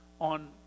On